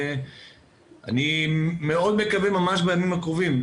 אני מאוד מקווה ממש בימים הקרובים.